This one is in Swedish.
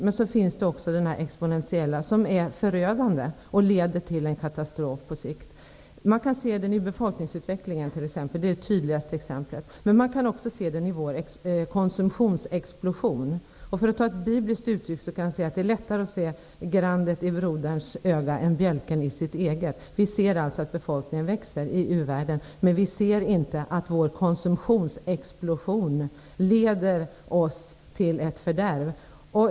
Sedan finns det också den exponentiella tillväxten, som är förödande och leder till en katastrof på sikt. Det tydligaste exemplet är befolkningsutvecklingen. Ett annat exempel är vår konsumtionsexplosion. Det finns ett bibliskt uttryck som kan användas i det här sammanhanget, nämligen: Det är lättare att se grandet i broderns öga än bjälken i sitt eget. Vi ser alltså att befolkningen i u-världen växer, men vi ser inte att vår konsumtionsexplosion leder oss till ett fördärv.